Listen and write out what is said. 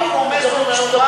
אם הוא רומז לו תשובה,